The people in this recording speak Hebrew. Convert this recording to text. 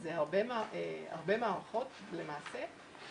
אלה הרבה מערכות למעשה,